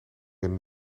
een